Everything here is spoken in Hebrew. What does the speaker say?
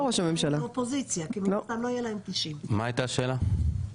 מה הייתה השאלה?